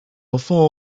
enfants